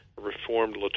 Reformed